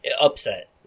upset